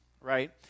right